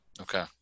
Okay